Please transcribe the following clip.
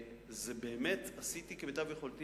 באמת עשיתי כמיטב יכולתי.